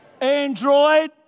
Android